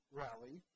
rally